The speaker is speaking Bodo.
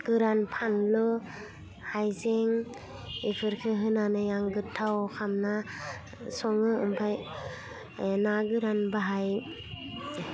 गोरान फानलु हायजें बेफोरखौ होनानै आं गोथाव खामना सङो ओमफाय ना गोरान बाहाय